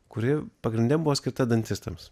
kuri pagrinde buvo skirta dantistams